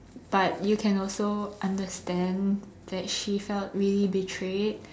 but you can also understand that she felt really betrayed